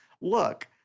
Look